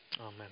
Amen